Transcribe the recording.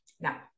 Now